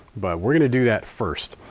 but we're going to do that first.